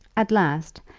at last,